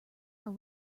are